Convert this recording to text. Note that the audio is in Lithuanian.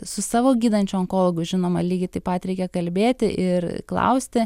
su savo gydančiu onkologu žinoma lygiai taip pat reikia kalbėti ir klausti